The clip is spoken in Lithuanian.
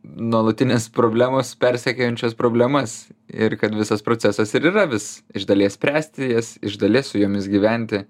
nuolatinės problemos persekiojančios problemas ir kad visas procesas ir yra vis iš dalies spręsti jas iš dalies su jomis gyventi